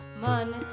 Man